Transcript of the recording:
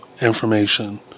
information